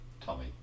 Tommy